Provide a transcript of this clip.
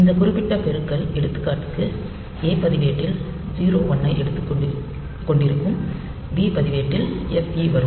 இந்த குறிப்பிட்ட பெருக்கல் எடுத்துக்காட்டுக்கு ஏ பதிவேட்டில் 01 ஐக் கொண்டிருக்கும் B பதிவேட்டில் FE வரும்